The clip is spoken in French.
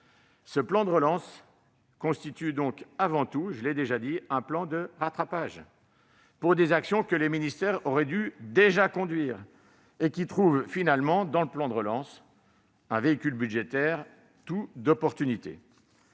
Ce plan de relance constitue donc, avant tout, un plan de rattrapage pour des actions que les ministères auraient dû déjà conduire, et qui, dans la mission « Plan de relance », trouvent un véhicule budgétaire d'opportunité.